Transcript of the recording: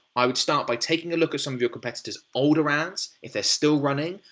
i would start by taking a look at some of your competitor's older ads, if they're still running,